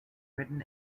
written